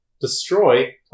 Destroy